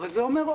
ושצריך לנתח